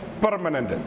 permanent